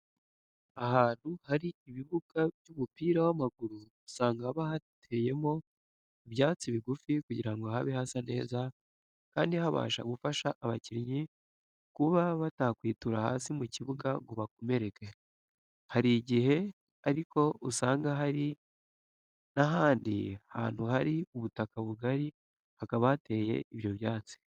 Ahantu hari ibibuga by'umupira w'amaguru usanga haba hateyemo ibyatsi bigufi kugira ngo habe hasa neza kandi habasha gufasha abakinnyi kuba batakwitura hasi mu kibuga ngo bakomereke. Hari igihe ariko usanga hari n'ahandi hantu hari ubutaka bugari hakaba hateye ibyo byatsi.